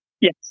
Yes